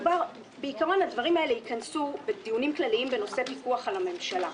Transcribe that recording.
בעיקרון הדברים האלה ייכנסו בדיונים כלליים בנושא פיקוח על הממשלה.